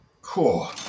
Cool